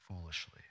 foolishly